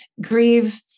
grieve